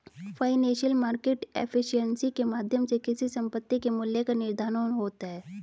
financial market efficiency के माध्यम से किसी संपत्ति के मूल्य का निर्धारण होता है